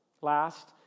Last